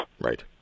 right